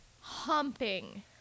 humping